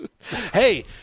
Hey